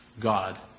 God